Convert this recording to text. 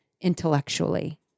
intellectually